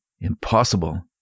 impossible